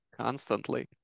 constantly